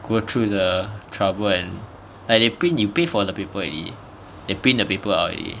go through the trouble and like they print you pay for the paper already they print the paper out already